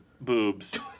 boobs